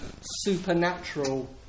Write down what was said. supernatural